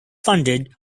funded